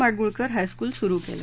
Madgulkar high school सुरु केले